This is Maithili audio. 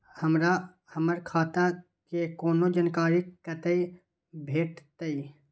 हमरा हमर खाता के कोनो जानकारी कतै भेटतै?